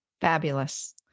Fabulous